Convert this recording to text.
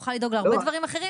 אני אוכל לדאוג להרבה דברים אחרים